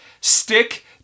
Stick